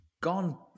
gone